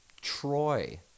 Troy